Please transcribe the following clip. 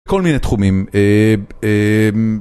כל מיני תחומים אא אם.